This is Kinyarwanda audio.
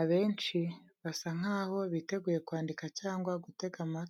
Abenshi basa nkaho biteguye kwandika cyangwa gutega amatwi.